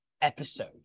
episode